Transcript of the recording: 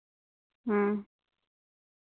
ᱦᱩᱸ